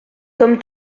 comme